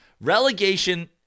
Relegation